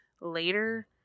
later